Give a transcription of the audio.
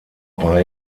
war